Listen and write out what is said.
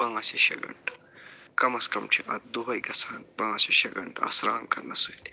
پانٛژھ یا شےٚ گنٛٹہٕ کَمس کَم چھِ اتھ دۄہَے گَژھان پانٛژھ یا شےٚ گنٛٹہٕ اتھ سرٛان کرنس سۭتۍ